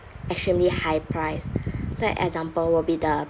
extremely high price so as example will be the